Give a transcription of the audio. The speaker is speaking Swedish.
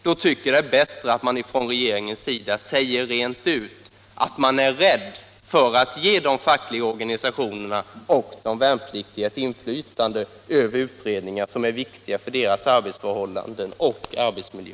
Jag tycker att det är bättre att regeringen säger rent ut att man är rädd för att ge de fackliga organisationerna och de värnpliktiga ett inflytande över utredningar som är viktiga för deras arbetsförhållanden och arbetsmiljö.